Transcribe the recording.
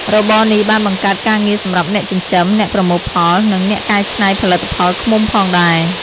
របរនេះបានបង្កើតការងារសម្រាប់អ្នកចិញ្ចឹម អ្នកប្រមូលផល និងអ្នកកែច្នៃផលិតផលឃ្មុំផងដែរ។